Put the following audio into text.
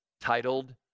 titled